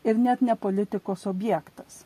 ir net ne politikos objektas